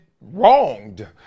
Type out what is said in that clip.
wronged